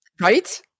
Right